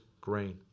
grain